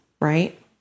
right